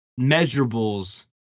measurables